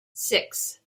six